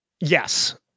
Yes